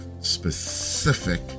specific